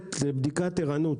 מערכת לבדיקת ערנות